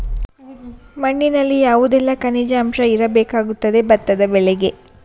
ಮಣ್ಣಿನಲ್ಲಿ ಯಾವುದೆಲ್ಲ ಖನಿಜ ಅಂಶ ಇರಬೇಕಾಗುತ್ತದೆ ಭತ್ತದ ಬೆಳೆಗೆ?